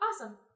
Awesome